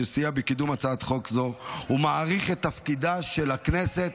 שסייע בקידום הצעת חוק זו ומעריך את תפקידה של הכנסת